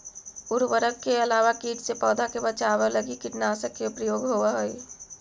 उर्वरक के अलावा कीट से पौधा के बचाव लगी कीटनाशक के प्रयोग होवऽ हई